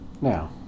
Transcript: Now